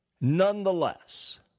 Nonetheless